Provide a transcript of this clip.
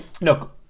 look